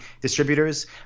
distributors